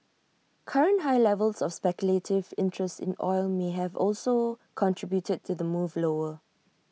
current high levels of speculative interest in oil may have also contributed to the move lower